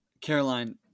Caroline